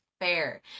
fair